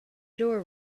door